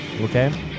Okay